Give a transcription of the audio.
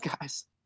guys